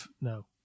no